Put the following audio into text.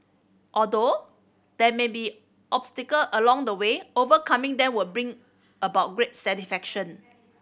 although there may be obstacle along the way overcoming them will bring about great satisfaction